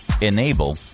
Enable